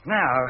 now